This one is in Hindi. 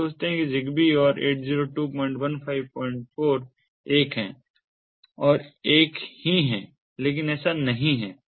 लोग सोचते हैं कि ZigBee और 802154 एक हैं और एक ही हैं लेकिन ऐसा नहीं है